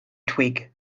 twig